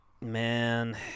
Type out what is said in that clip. man